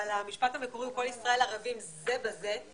אבל המשפט המקורי הוא כל ישראל ערבים זה בזה,